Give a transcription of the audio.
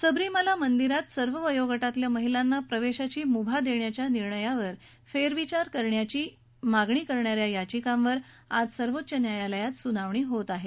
सबरीमाला मंदिरात सर्व वयोगटाल्या महिलांना प्रवेशाची मुभा देण्याच्या निर्णयावर फेरविचार करण्याची मागणी करणा या याचिकांवर आज सर्वोच्च न्यायालयात सुनावणी होत आहे